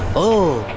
oh!